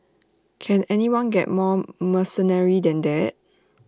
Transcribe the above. can anyone get more mercenary than that